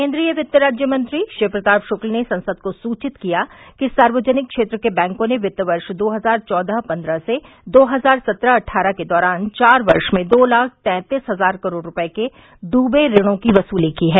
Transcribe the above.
केन्द्रीय वित्त राज्य मंत्री शिव प्रताप शुक्ल ने संसद को सूचित किया कि सार्वजनिक क्षेत्र के बैंकों ने वित्त वर्ष दो हजार चौदह पन्द्रह से दो हजार सत्रह अट्ठारह के दौरान चार वर्ष में दो लाख तैंतीस हजार करोड़ रुपये के डूबे ऋणों की वसुली की है